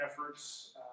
efforts